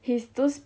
his those